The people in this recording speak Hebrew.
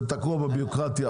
זה תקוע בבירוקרטיה,